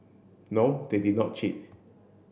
no they did not cheat